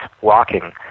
walking